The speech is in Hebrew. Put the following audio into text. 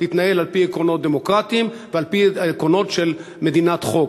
תתנהל על-פי עקרונות דמוקרטיים ועל-פי עקרונות של מדינת חוק.